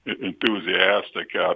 enthusiastic